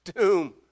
doom